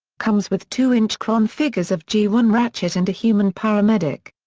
comes with two inch kreon figures of g one ratchet and a human paramedic.